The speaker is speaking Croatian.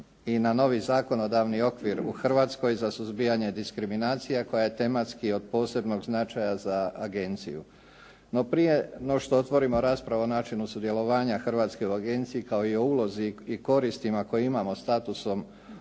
i na novi zakonodavni okvir u Hrvatskoj za suzbijanje diskriminacije koja je tematski od posebnog značaja za agenciju. No prije no što otvorimo raspravu o načinu sudjelovanja Hrvatske u agenciji kao i o ulozi i koristima koje imamo statusom